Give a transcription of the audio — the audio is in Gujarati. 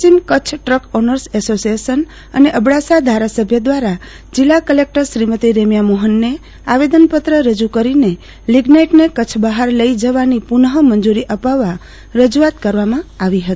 પ્રશ્ચિમ કરછ ટૂંક ઓનર્સ એસોસિએશન અને અબડાસા ધારાસભ્ય દ્વારા જિલા કલેકટર શ્રીમતી રેમ્યા મોહનને આવેદન પત્ર રજુ કરીને લિઝ્નાઇટ ને કરછ બહાર લઇ જવાની પુનમંજુરી અપાવવા રજૂઆત કરવામાં આવી હતી